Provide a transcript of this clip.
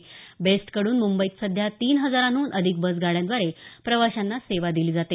best कडून मुंबईत सध्या तीन हजारांहून अधिक बसगाड्याद्वारे प्रवाशांना सेवा दिली जाते